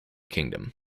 kingdom